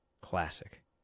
classic